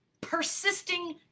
persisting